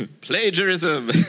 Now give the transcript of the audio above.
Plagiarism